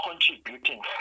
contributing